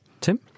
Tim